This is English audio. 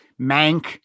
Mank